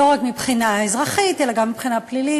לא רק מבחינה אזרחית אלא גם מבחינה פלילית,